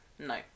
no